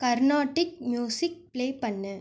Carnatic music play பண்ணு